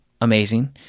amazing